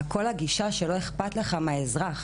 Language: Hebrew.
כל הגישה שלא אכפת לך מהאזרח.